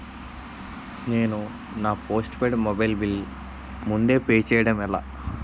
నేను నా postpaid mobile bill ముందే పే చేయడం ఎలా?